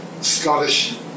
Scottish